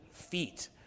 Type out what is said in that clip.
feet